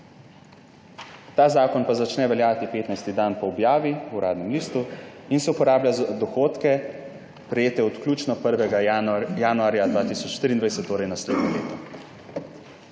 Ta zakon pa začne veljati petnajsti dan po objavi v Uradnem listu in se uporablja za dohodke, prejete od vključno 1. januarja 2023, torej naslednje leto.